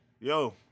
Yo